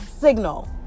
signal